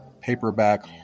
paperback